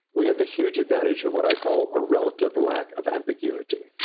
we had the huge advantage of what i call a relative lack of ambiguity.